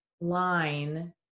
line